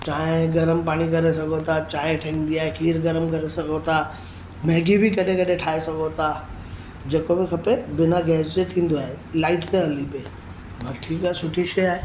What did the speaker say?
चांहि गरम पाणी करे सघो था चांहि ठहंदी आहे खीर गरम करे सघो था मैगी बि कॾहिं कॾहिं ठाहे सघो था जेको बि खपे बिना गैस जे थींदो आहे लाइट ते हली पए हा ठीकु आहे सुठी शइ आहे